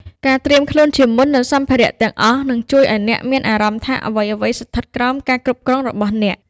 ការត្រៀមខ្លួនជាមុននូវសម្ភារៈទាំងអស់នឹងជួយឱ្យអ្នកមានអារម្មណ៍ថាអ្វីៗស្ថិតក្រោមការគ្រប់គ្រងរបស់អ្នក។